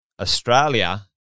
Australia